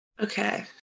Okay